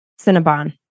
Cinnabon